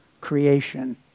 creation